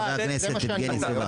חבר הכנסת יבגני סובה.